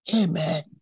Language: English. Amen